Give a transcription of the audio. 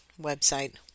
website